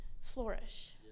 flourish